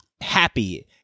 happy